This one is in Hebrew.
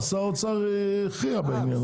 שר האוצר הכריע בעניין הזה.